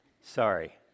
Sorry